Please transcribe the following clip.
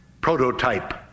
prototype